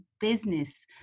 business